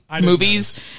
movies